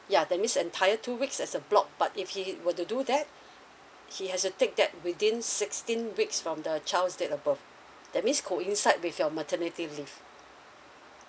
ya that means entire two weeks as a block but if he were to do that he has to take that within sixteen weeks from the child's date of birth that means coincide with your maternity leave